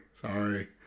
sorry